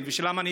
שמה?